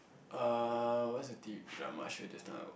uh what's the T_V drama show that time of